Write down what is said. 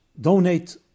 donate